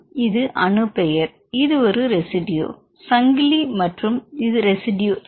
இது அணு பெயர் இது ஒரு ரெசிடுயு சங்கிலி மற்றும் இது ரெசிடுயு எண்